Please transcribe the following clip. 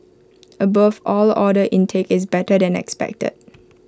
above all order intake is better than expected